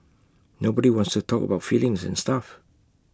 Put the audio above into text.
nobody wants to talk about feelings and stuff